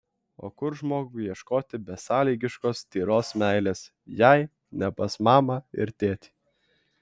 o kur žmogui ieškoti besąlygiškos tyros meilės jei ne pas mamą ir tėtį